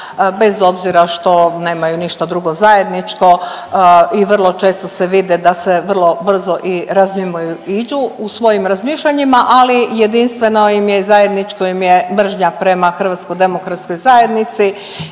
bez obzira što nemaju ništa drugo zajedničko i vrlo često se vide da se vrlo brzo i razmimoiđu u svojim razmišljanjima, ali jedinstveno i zajedničko im je mržnja prema HDZ-u i